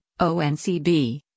ONCB